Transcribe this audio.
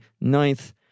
ninth